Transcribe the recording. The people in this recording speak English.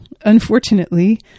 unfortunately